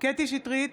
קטי קטרין שטרית,